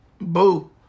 boo